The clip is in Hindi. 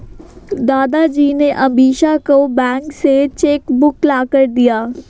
दादाजी ने अमीषा को बैंक से चेक बुक लाकर दी